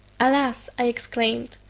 alas! i exclaimed,